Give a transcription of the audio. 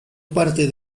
parte